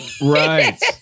Right